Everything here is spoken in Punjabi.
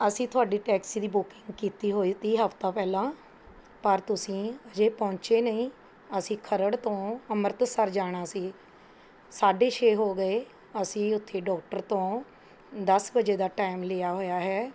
ਅਸੀਂ ਤੁਹਾਡੀ ਟੈਕਸੀ ਦੀ ਬੁਕਿੰਗ ਕੀਤੀ ਹੋਈ ਤੀ ਹਫਤਾ ਪਹਿਲਾਂ ਪਰ ਤੁਸੀਂ ਹਜੇ ਪਹੁੰਚੇ ਨਹੀਂ ਅਸੀਂ ਖਰੜ ਤੋਂ ਅੰਮ੍ਰਿਤਸਰ ਜਾਣਾ ਸੀ ਸਾਢੇ ਛੇ ਹੋ ਗਏ ਅਸੀਂ ਉੱਥੇ ਡੋਕਟਰ ਤੋਂ ਦੱਸ ਵਜੇ ਦਾ ਟਾਇਮ ਲਿਆ ਹੋਇਆ ਹੈ